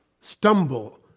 stumble